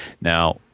Now